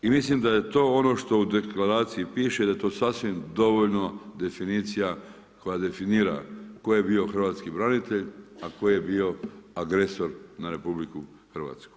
I mislim da je to ono što u deklaraciji piše da je to sasvim dovoljna definicija koja definira tko je bio hrvatski branitelj, a tko je bio agresor na RH.